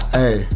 hey